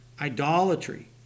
idolatry